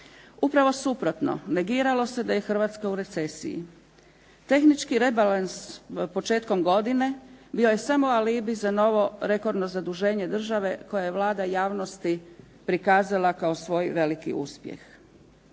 Upravo suprotno, negiralo se da je Hrvatska u recesiji. Tehnički rebalans početkom godine bio je samo alibi za novo rekordno zaduženje države koje je Vlada javnosti prikazala kao svoj veliki uspjeh.